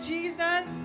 Jesus